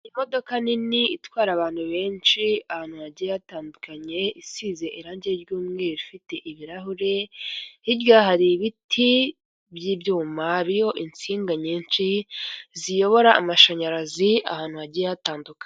Imodoka nini itwara abantu benshi ahantu hagiye hatandukanye, isize irangi ry'mweru ifite ibirahure, hirya hari ibiti by'ibyuma biriho insinga nyinshi, ziyobora amashanyarazi ahantu hagiye hatandukanye.